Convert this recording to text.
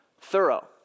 thorough